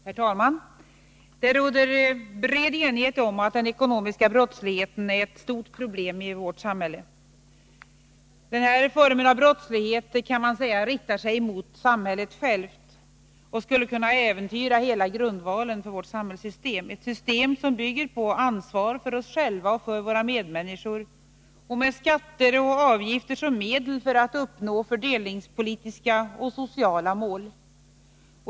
Herr talman! Det råder en bred enighet om att den ekonomiska brottsligheten är ett stort problem i vårt samhälle. Denna form av brottslighet kan sägas rikta sig mot samhället självt och skulle kunna äventyra hela grundvalen för vårt samhällssystem, ett system som bygger på ansvar för oss själva och för våra medmänniskor, med skatter och avgifter som medel för oss att uppnå fördelningspolitiska och sociala mål.